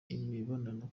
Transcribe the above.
imibonano